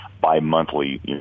bi-monthly